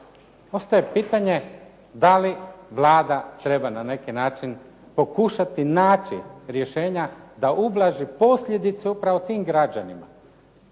Postaje pitanje da li Vlada treba na neki način pokušati naći rješenja da ublaži posljedice upravo tim građanima